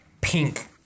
pink